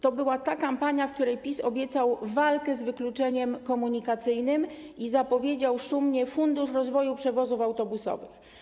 To była ta kampania, w której PiS obiecał walkę z wykluczeniem komunikacyjnym i zapowiedział szumnie Fundusz rozwoju przewozów autobusowych.